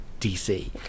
DC